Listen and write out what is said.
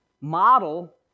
model